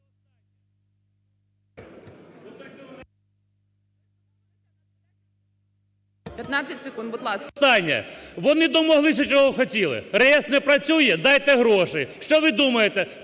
Вони домоглися чого хотіли. Реєстр не працює – дайте грошей. Що ви думаєте,